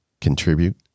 contribute